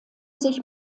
sich